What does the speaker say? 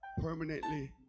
Permanently